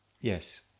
Yes